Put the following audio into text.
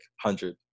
hundred